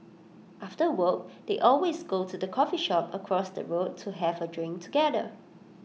after work they always go to the coffee shop across the road to have A drink together